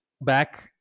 back